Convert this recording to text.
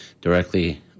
directly